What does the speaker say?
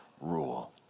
rule